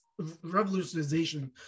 revolutionization